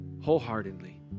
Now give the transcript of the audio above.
wholeheartedly